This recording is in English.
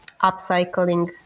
upcycling